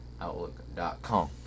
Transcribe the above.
outlook.com